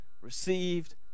received